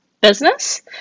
business